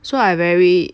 so I very